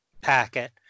packet